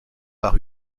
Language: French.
par